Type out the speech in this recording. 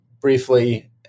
briefly